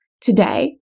today